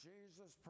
Jesus